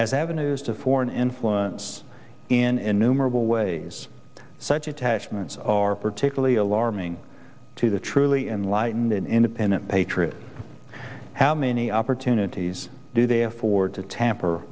as avenues to foreign influence in numerable ways such attachments are particularly alarming to the truly enlightened and independent patriots how many opportunities do they have for to tamper